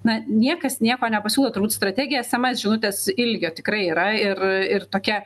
na niekas nieko nepasiūlo turbūt strategija sms žinutės ilgio tikrai yra ir ir tokia